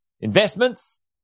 investments